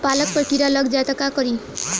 पालक पर कीड़ा लग जाए त का करी?